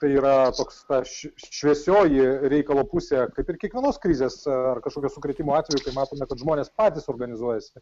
tai yra toks ta ši šviesioji reikalo pusė kaip ir kiekvienos krizės ar kažkokio sukrėtimo atveju tai matote kad žmonės patys organizuojasi